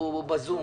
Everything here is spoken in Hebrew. הוא בזום.